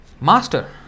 master